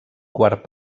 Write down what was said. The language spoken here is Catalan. quart